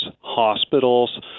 hospitals